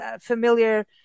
familiar